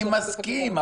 אני מסכים,